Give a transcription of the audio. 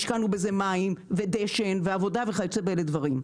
השקענו בזה מים ודשן ועבודה וכיוצא באלה דברים.